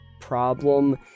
problem